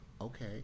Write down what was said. okay